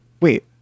Wait